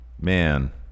Man